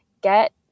get